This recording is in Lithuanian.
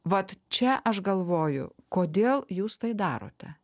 vat čia aš galvoju kodėl jūs tai darote